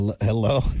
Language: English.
Hello